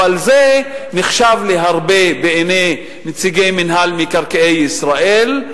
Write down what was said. אבל זה נחשב להרבה בעיני נציגי מינהל מקרקעי ישראל,